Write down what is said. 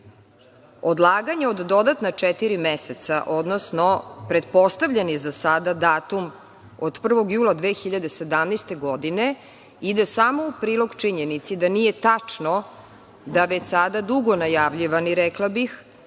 Odlaganje od dodatna četiri meseca, odnosno pretpostavljeni za sada datum od 1. jula 2017. godine, ide samo u prilog činjenici da nije tačno da već sada dugo najavljivani, rekla bih,